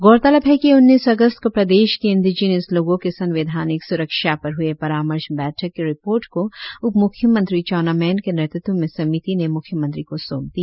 गौरतलब है कि उन्नीस अगस्त को प्रदेश के इंडिजिनस लोगों के संवैधानिक सुरक्शा पर ह्ए परामर्श बैठक की रिपोर्ट को उपमुख्यमंत्री चाउना मैन के नेतृत्व में समिति ने मुख्यमंत्री को सौंप दिया